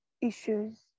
issues